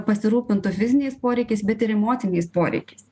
pasirūpintų fiziniais poreikiais bet ir emociniais poreikiais